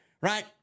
right